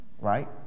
right